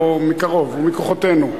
הוא מקרוב, הוא מכוחותינו.